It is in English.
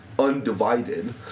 undivided